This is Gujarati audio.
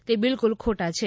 તે બિલકુલ ખોટા છે